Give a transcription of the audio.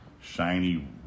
shiny